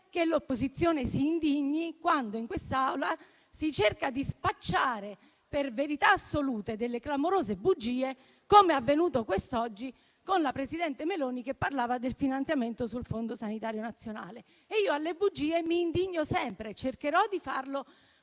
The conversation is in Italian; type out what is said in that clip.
che l'opposizione si indigni quando in quest'Aula si cerca di spacciare per verità assolute delle clamorose bugie, come è avvenuto quest'oggi con la presidente Meloni che parlava del finanziamento sul Fondo sanitario nazionale. Per le bugie io mi indigno sempre, cercherò di farlo